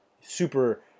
super